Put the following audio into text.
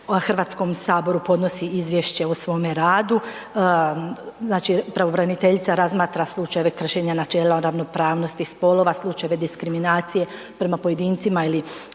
godišnje HS podnosi izvješće o svome radu, znači pravobraniteljica razmatra slučajeve kršenja načela ravnopravnosti spolova, slučajeve diskriminacije prema pojedincima ili